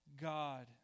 God